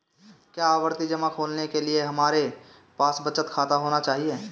क्या आवर्ती जमा खोलने के लिए हमारे पास बचत खाता होना चाहिए?